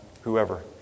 whoever